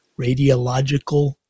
radiological